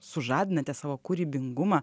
sužadinate savo kūrybingumą